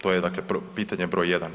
To je dakle pitanje broj jedan.